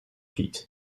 feet